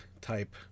type